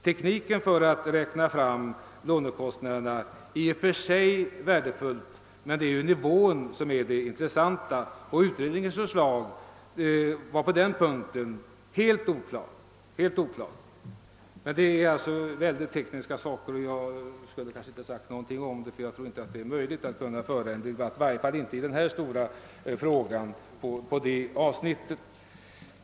Tekniken för att räkna fram lånekostnaderna är i och för sig värdefull, men det är nivån som är av intresse. Utredningens förslag var på den punkten helt oklart. Det är emellertid synnerligen tekniska saker, och jag borde kanske inte ha sagt någonting om det, därför att jag tror inte det är möjligt, i varje fall inte i denna stora fråga, att kunna föra en debatt om det avsnittet.